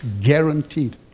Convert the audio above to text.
Guaranteed